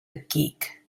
geek